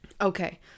okay